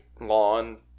lawn